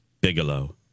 Bigelow